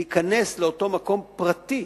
להיכנס לאותו מקום פרטי